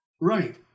Right